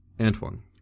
Antoine